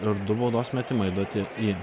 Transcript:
ir du baudos metimai duoti į